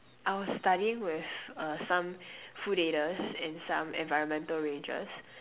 I was studying with uh some food aiders and some environmental rangers